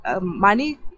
money